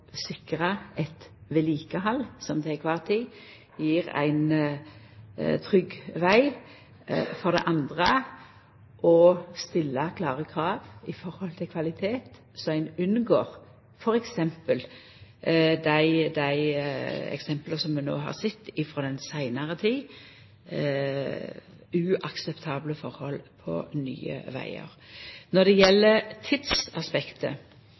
sikra dei vegfarande på er å sikra eit vedlikehald som til kvar tid gjev ein trygg veg, og stilla klare krav i forhold til kvalitet, slik at ein unngår t.d. dei eksempla som vi no har sett frå seinare tid, uakseptable forhold på nye vegar. Når det gjeld tidsaspektet